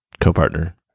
co-partner